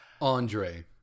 Andre